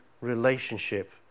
relationship